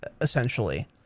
essentially